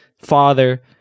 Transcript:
father